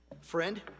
Friend